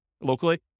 locally